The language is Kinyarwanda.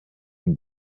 ibi